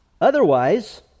Otherwise